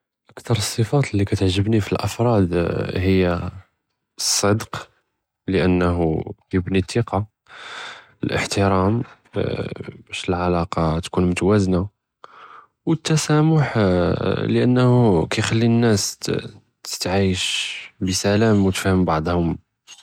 כּתאר אלסיפאת אללי קאתעجبני פלאفراد היא, אלסדק לאןּו יבני אלתסקה, אלאחترام בּש אלעלקה tkun מתואזנה, ואלתסאמח לאןּו קייקלי אלנאס תתעיאש בּסלאם ותפם בעד'הם.